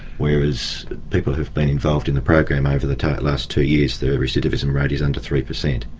whereas people who've been involved in the program over the last two years, the recidivism rate is under three per cent.